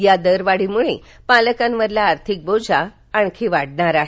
या दरवाढीमुळं पालकांवरील आर्थिक बोजा आणखी वाढणार आहे